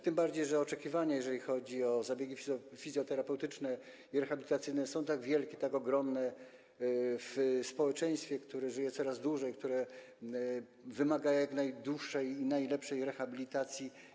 Tym bardziej że oczekiwania, jeżeli chodzi o zabiegi fizjoterapeutyczne i rehabilitacyjne, są tak wielkie, tak ogromne w społeczeństwie, które żyje coraz dłużej i które wymaga jak najdłuższej i najlepszej rehabilitacji.